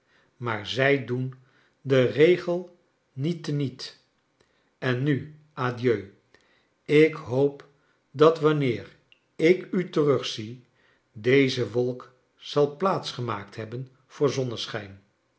maar zij doen den regel niet te niet en nu adieu ik hoop dat wanneer ik u terugzie deze wolk zal plaats gemaakt hebben voor zonneschijn